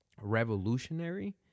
revolutionary